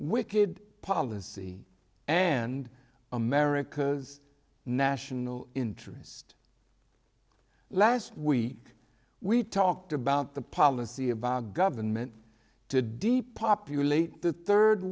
wicked policy and america's national interest last week we talked about the policy of our government to depopulate the third